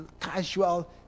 casual